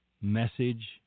message